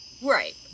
Right